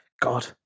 God